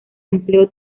empleo